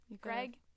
Greg